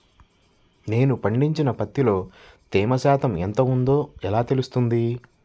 నేను పండించిన పత్తిలో తేమ శాతం ఎంత ఉందో ఎలా తెలుస్తుంది?